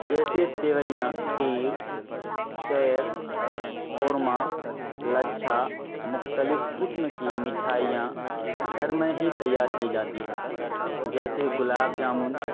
جیسے سویاں کھیر شیر خورمہ لچھا مختلف قسم کی مٹھائیاں گھر میں ہی تیار کی جاتی ہیں جیسے گلاب جامن